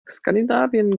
skandinavien